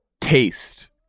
taste